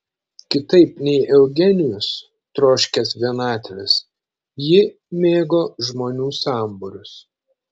kitaip nei eugenijus troškęs vienatvės ji mėgo žmonių sambūrius